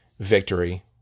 Victory